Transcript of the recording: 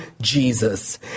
Jesus